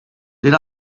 did